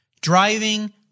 driving